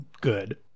good